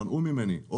מנעו ממני.